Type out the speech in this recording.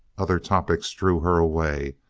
other topics drew her away.